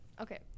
Okay